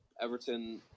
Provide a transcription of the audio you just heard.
Everton